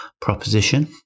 proposition